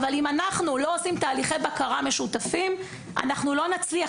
אבל אם אנחנו לא עושים תהליכי בקרה משותפים אז לא נצליח,